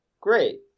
great